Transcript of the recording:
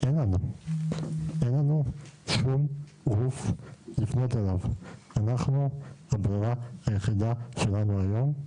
אין לנו שום גוף לפנות אליו; אנחנו הברירה היחידה שלנו היום,